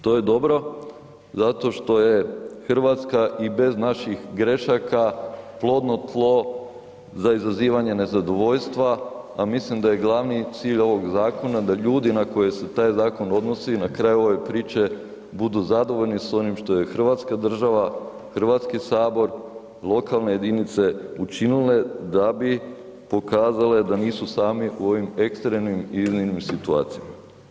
To je dobro zato što je Hrvatska i bez naših grešaka plodno tlo za izazivanje nezadovoljstva, a mislim da je glavni cilj ovog zakona da ljudi na koje se taj zakon odnosi na kraju ove priče budu zadovoljni s onim što je hrvatska država, HS, lokalne jedinice učinile, da bi pokazale da nisu sami u ovim ekstremnim i iznimnim situacijama.